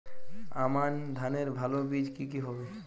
আমান ধানের ভালো বীজ কি কি হবে?